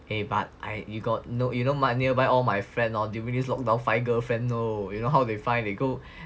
eh but I you got you know my nearby all my friend during this lockdown girlfriend know you know how they find they go